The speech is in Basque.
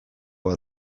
bat